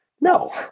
no